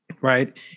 right